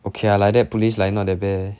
okay lah like that police like not the bad eh